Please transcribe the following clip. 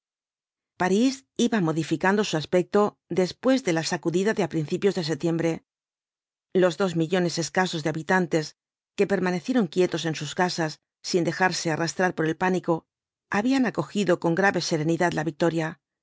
parís iba modificando su aspecto después de la sacudida de á principios de septiembre los dos millones escasos de habitantes que permanecieron quietos en sus casas sin dejarse arrastrar por el pánico habían acog ido con grave serenidad la victoria